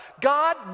God